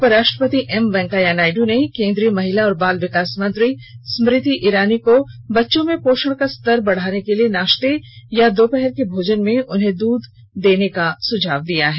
उपराष्ट्रपति एम वेंकैया नायडू ने केंद्रीय महिला और बाल विकास मंत्री स्मृति ईरानी को बच्चों में पोषण का स्तर बढ़ाने के लिए नाश्ते या दोपहर के भोजन में उन्हें दूध देने का सुझाव दिया है